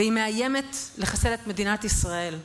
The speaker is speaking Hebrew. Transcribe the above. והיא מאיימת לחסל את מדינת ישראל.